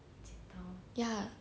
no it's not the